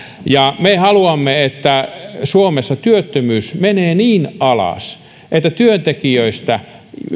ja me haluamme että suomessa työttömyys menee niin alas että työntekijöistä